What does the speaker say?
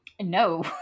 no